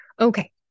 Okay